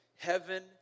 Heaven